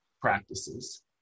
practices